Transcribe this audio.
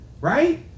Right